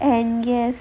and guest